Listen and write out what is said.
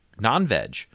non-veg